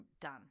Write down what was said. done